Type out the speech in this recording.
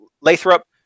Lathrop